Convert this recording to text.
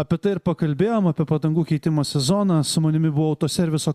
apie tai ir pakalbėjom apie padangų keitimo sezoną su manimi buvo autoserviso